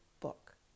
book